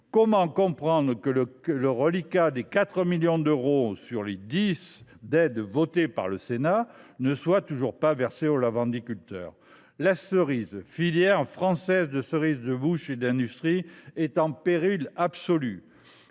Comment comprendre que le reliquat de 4 millions d’euros, sur les 10 millions d’aides votées par le Sénat, n’ait toujours pas été versé aux lavandiculteurs ? Quant à la filière française de cerises de bouche et d’industrie, elle est en péril absolu